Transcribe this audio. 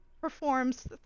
performs